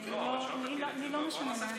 לי לא משנה.